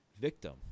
victim